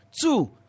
Two